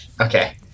Okay